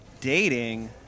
dating